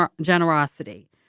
generosity